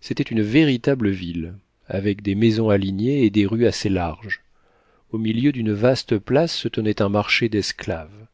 c'était une véritable ville avec des maisons alignées et des rues assez larges au milieu d'une vaste place se tenait un marché d'esclaves